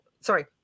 Sorry